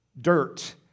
dirt